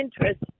interest